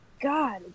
God